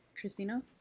Christina